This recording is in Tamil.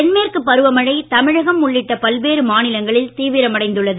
தென்மேற்கு பருவமழை தமிழகம் உள்ளிட்ட பல்வேறு மாநிலங்களில் தீவிரமடைந்துள்ளது